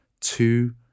two